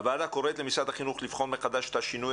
הוועדה קוראת למשרד החינוך לבחון מחדש את השינוי